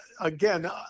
again